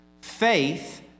Faith